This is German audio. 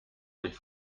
sich